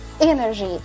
energy